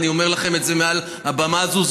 אני אומר לכם את זה מעל הבמה הזאת.